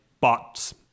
bots